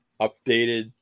updated